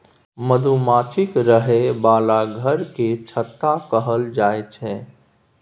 मधुमाछीक रहय बला घर केँ छत्ता कहल जाई छै